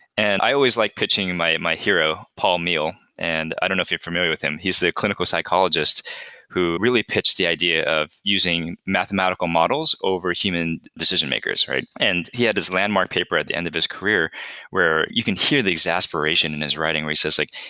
and i always like pitching my my hero, paul meehl, and i don't know if you're familiar with him. he's the clinical psychologist who really pitched the idea of using mathematical models over human decision-makers. and he had this landmark paper at the end of his career where you can hear the exasperation in his writing where he says like,